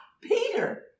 Peter